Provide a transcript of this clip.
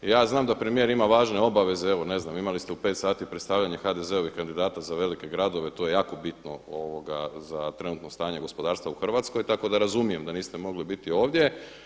Ja znam da premijer ima važne obaveze, evo ne znam imali ste u 5 sati predstavljanje HDZ-ovih kandidata za velike gradove, to je jako bitno za trenutno stanje gospodarstva u Hrvatskoj tako da razumijem da niste mogli biti ovdje.